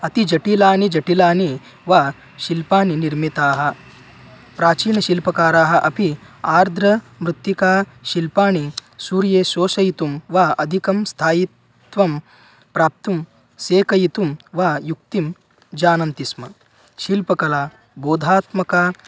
अति जटिलाः जटिलाः वा शिल्पाः निर्मिताः प्राचीनशिल्पकाराः अपि आर्द्रमृत्तिकाशिल्पाः सूर्ये शोषयितुं वा अधिकं स्थायित्वं प्राप्तुं सेकयितुं वा युक्तिं जानन्ति स्म शिल्पकला बोधात्मका